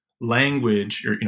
language